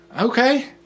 Okay